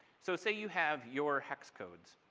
so say you have your hex codes.